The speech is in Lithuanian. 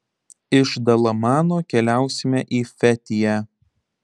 iš dalamano keliausime į fetiją